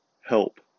help